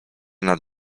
nad